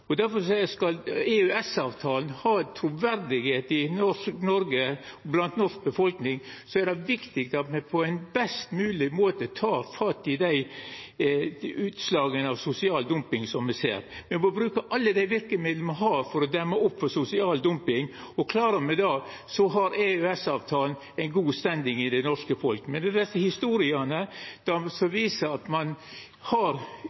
skal ha truverd i Noreg, blant den norske befolkninga, er det viktig at me på ein best mogleg måte tek fatt i dei utslaga av sosial dumping som me ser. Me må bruka alle dei verkemidla me har for å demma opp for sosial dumping, og klarer me det, har EØS-avtalen ein god «standing» i det norske folk. Men det er desse historiene som viser at ein har